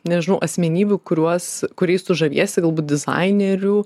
nežinau asmenybių kuriuos kuriais tu žaviesi galbūt dizainerių